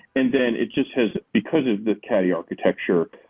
and then it just has because of the caddy architecture,